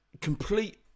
complete